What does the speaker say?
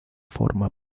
forma